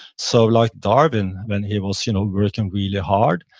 so like darwin when he was you know working really hard,